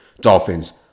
Dolphins